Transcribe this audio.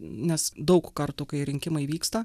nes daug kartų kai rinkimai vyksta